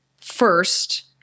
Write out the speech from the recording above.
first